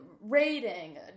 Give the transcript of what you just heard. rating